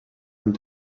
amb